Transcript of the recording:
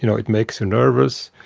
you know it makes you nervous.